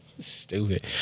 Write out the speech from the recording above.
Stupid